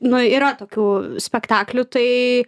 nu yra tokių spektaklių tai